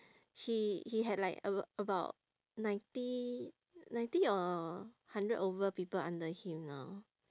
he he had like a~ about ninety ninety or hundred over people under him now